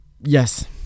Yes